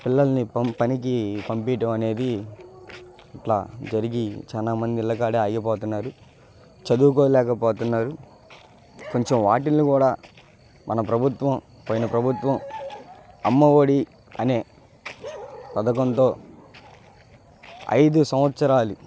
పిల్లలని పనికి పంపియ్యడం అనేది ఇట్లా జరిగి చాలా మంది ఇళ్ళకాడనే ఆగిపోతున్నారు చదువుకోలేక పోతున్నారు కొంచెం వాటిని కూడా మన ప్రభుత్వం పోయిన ప్రభుత్వం అమ్మఒడి అనే పథకంతో ఐదు సంవత్సరాలు